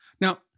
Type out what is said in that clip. Now